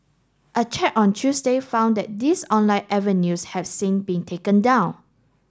a check on Tuesday found that these online avenues have since been taken down